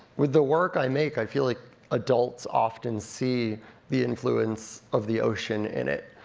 with the work i make, i feel like adults often see the influence of the ocean in it.